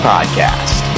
Podcast